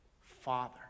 Father